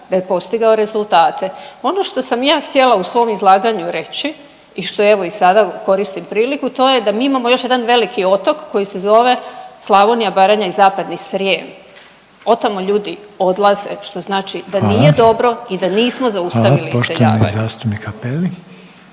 da je postigao rezultate. Ono što sam ja htjela u svom izlaganju reći i što evo i sada koristim priliku to je da mi imamo još jedan veliki otok koji se zove Slavonija, Baranja i Zapadni Srijem, od tamo ljudi odlaze, što znači…/Upadica Reiner: Hvala/…da nije dobro i da nismo zaustavili…/Upadica Reiner: